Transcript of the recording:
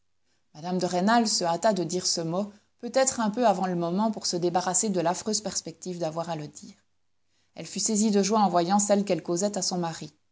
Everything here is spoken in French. mme de rênal se hâta de dire ce mot peut-être un peu avant le moment pour se débarrasser de l'affreuse perspective d'avoir à le dire elle fut saisie de joie en voyant celle qu'elle causait à son mari